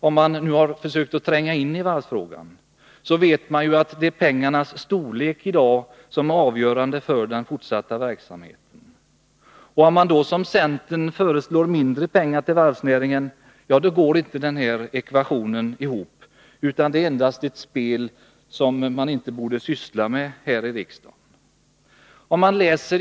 Den som har försökt tränga in i varvsfrågan vet att pengarnas storlek är avgörande för den fortsatta verksamheten. Om man då som centern föreslår mindre pengar till varvsnäringen, går ekvationen inte ihop. Centern bedriver ett spel som man inte borde syssla med i riksdagen.